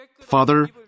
Father